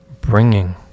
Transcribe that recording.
bringing